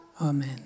Amen